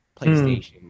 PlayStation